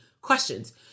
questions